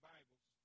Bibles